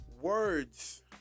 words